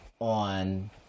on